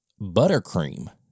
buttercream